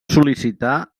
sol·licitar